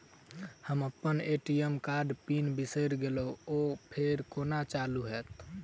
हम अप्पन ए.टी.एम कार्डक पिन बिसैर गेलियै ओ फेर कोना चालु होइत?